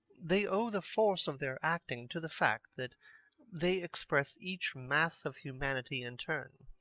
they owe the force of their acting to the fact that they express each mass of humanity in turn.